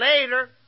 later